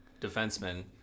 defenseman